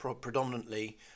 predominantly